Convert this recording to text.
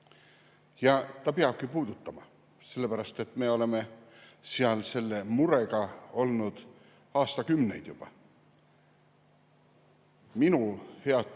Ja ta peabki puudutama, sellepärast et me oleme seal selle murega olnud aastakümneid. Minu head